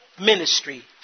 ministry